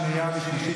שנייה ושלישית,